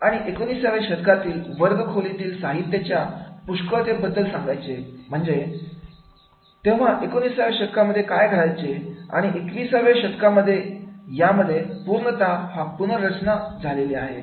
आणि एकोणिसाव्या शतकातील वर्ग खोलीतील साहित्याच्या पुष्कळते बद्दल सांगायचे म्हणजे तेव्हा एकोणिसाव्या शतकामध्ये काय घडायचे आणि एकविसाव्या शतकामध्ये यामध्ये पूर्णतः हा पुनर्रचना झाले आहेत